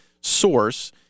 source